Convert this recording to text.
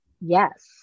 Yes